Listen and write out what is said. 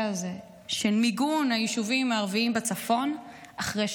הזה של מיגון היישובים הערביים בצפון אחרי שנה.